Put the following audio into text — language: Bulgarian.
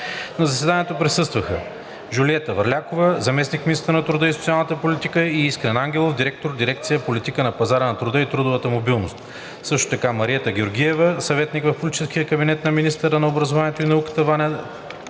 На заседанието присъстваха: Жулиета Върлякова – заместник- министър на труда и социалната политика, и Искрен Ангелов – директор дирекция „Политика на пазара на труда и трудова мобилност“; Мариета Георгиева – съветник в политическия кабинет на министъра на образованието и науката, и Ваня